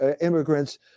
immigrants